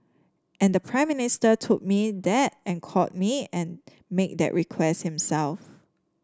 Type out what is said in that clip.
and the Prime Minister told me that and called me and made that request himself